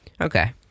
Okay